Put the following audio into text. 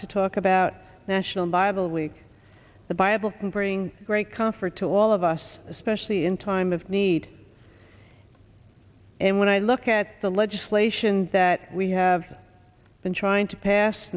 to talk about national bible week the bible can bring great comfort to all of us especially in times of need and when i look at the legislation that we have been trying to pass